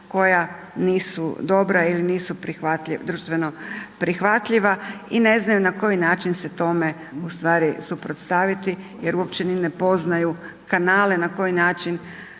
koja nisu dobra ili nisu društveno prihvatljiva i ne znaju na koji način se tome u stvari suprotstaviti jer uopće ni ne poznaju kanale na koji način